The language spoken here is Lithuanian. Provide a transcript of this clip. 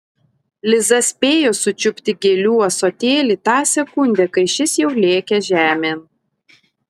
liza spėjo sučiupti gėlių ąsotėlį tą sekundę kai šis jau lėkė žemėn